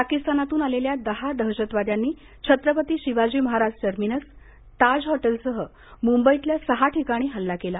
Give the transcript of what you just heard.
पाकिस्तानातून आलेल्या दहा दहशतवाद्यांनी छत्रपती शिवाजी महाराज टर्मिनस ताज हॉटेलसह मुंबईतल्या सहा ठिकाणी हल्ला केला